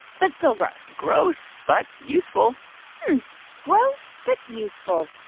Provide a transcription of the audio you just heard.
but still gross gross but useful gross but useful,